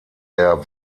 der